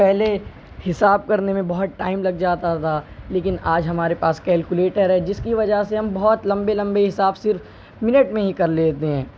پہلے حساب کرنے میں بہت ٹائم لگ جاتا تھا لیکن آج ہمارے پاس کیلکولیٹر ہے جس کی وجہ سے ہم بہت لمبے لمبے حساب صرف منٹ میں ہی کر لیتے ہیں